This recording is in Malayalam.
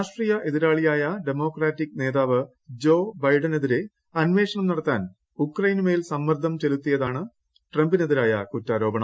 രാഷ്ട്രീയ എതിരാളിയായ ഡെമോക്രാറ്റിക് നേതാവ് ജോ ബൈഡനെതിരെ അന്വേഷണം നടത്താൻ ഉക്രൈനുമേൽ സമ്മർദ്ദം ചെലുത്തിയതായതാണ് ട്രംപിനെതിരായ കുറ്റാരോപണം